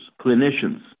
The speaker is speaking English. clinicians